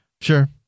Sure